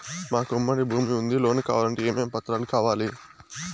మాకు ఉమ్మడి భూమి ఉంది లోను కావాలంటే ఏమేమి పత్రాలు కావాలి?